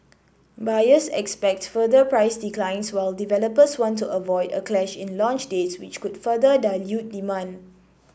buyers expect further price declines while developers want to avoid a clash in launch dates which could further dilute demand